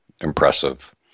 impressive